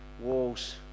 walls